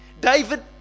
David